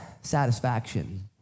satisfaction